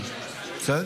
בסדר